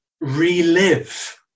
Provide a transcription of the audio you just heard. relive